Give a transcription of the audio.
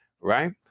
right